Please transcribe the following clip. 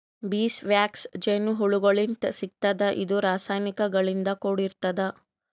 bees wax ಜೇನಹುಳಗೋಳಿಂತ್ ಸಿಗ್ತದ್ ಇದು ರಾಸಾಯನಿಕ್ ಗಳಿಂದ್ ಕೂಡಿರ್ತದ